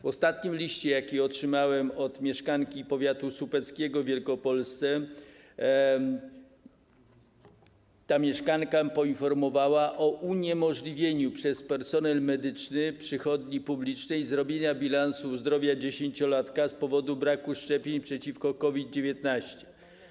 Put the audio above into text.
W liście, jaki otrzymałem od mieszkanki powiatu słupeckiego w Wielkopolsce, zostałem poinformowany o uniemożliwieniu przez personel medyczny przychodni publicznej zrobienia bilansu zdrowia dziesięciolatka z powodu braku szczepień przeciwko COVID-19.